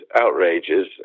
outrages